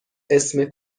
اسم